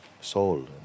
soul